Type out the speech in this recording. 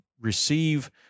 receive